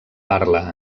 parla